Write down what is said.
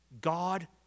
God